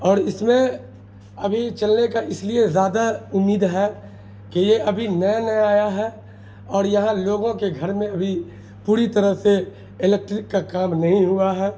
اور اس میں ابھی چلنے کا اس لیے زیادہ امید ہے کہ یہ ابھی نئے نئے آیا ہے اور یہاں لوگوں کے گھر میں ابھی پوری طرح سے الیکٹرک کا کام نہیں ہوا ہے